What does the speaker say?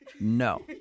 No